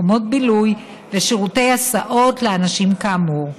מקומות בילוי ושירותי הסעות לאנשים כאמור.